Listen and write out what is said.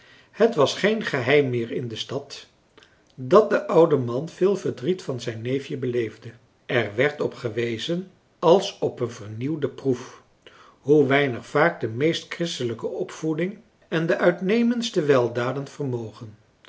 het was geen geheim meer in de stad dat de oude man veel verdriet van zijn neefje beleefde er werd op gewezen als op een vernieuwde proef hoe weinig vaak de meest christelijke opvoeding en de uitnemendste weldaden vermogen